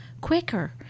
quicker